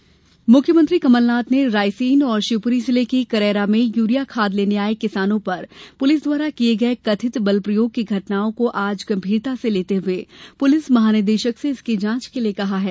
police बलप्रयोग मुख्यमंत्री कमलनाथ ने रायसेन और शिवपुरी जिले के करैरा में यूरिया खाद लेने आए किसानों पर पुलिस द्वारा किए गए कथित बलप्रयोग की घटनाओं को आज गंभीरता से लेते हुए पुलिस महानिदेशक से इनकी जांच के लिए कहा है